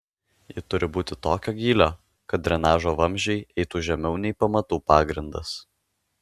ji turi būti tokio gylio kad drenažo vamzdžiai eitų žemiau nei pamatų pagrindas